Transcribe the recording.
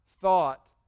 thought